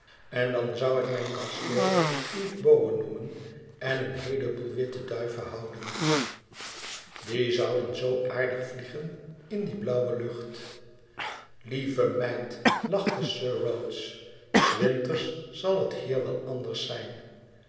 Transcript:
en dan zoû ik mijn kasteel eve bower noemen en een heele boel witte duiven houden die zouden zoo aardig vliegen in die blauwe lucht lieve meid lachte sir rhodes s winters zal het hier wel anders zijn